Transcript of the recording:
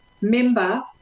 member